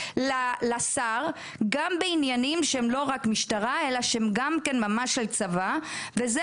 גם בעניינים שהם לא רק משטרה אלא שהם גם על צבא וזה